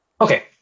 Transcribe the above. Okay